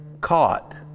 caught